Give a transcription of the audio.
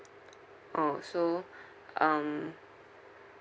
orh so um